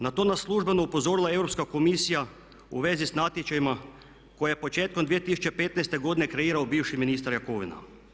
Na to nas je službeno upozorila Europska komisija u vezi s natječajima koje je početkom 2015.godine kreirao bivši ministar Jakovina.